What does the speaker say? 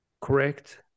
correct